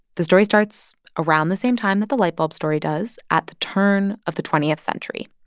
the story starts around the same time that the light bulb story does, at the turn of the twentieth century.